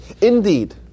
Indeed